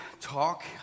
talk